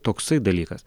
toksai dalykas